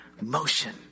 motion